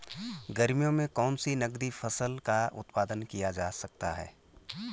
गर्मियों में कौन सी नगदी फसल का उत्पादन किया जा सकता है?